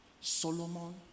Solomon